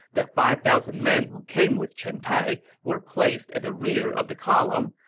the five thousand men who came with chen tai were placed at the rear of the column,